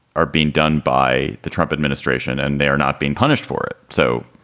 are being done by the trump administration and they are not being punished for it. so,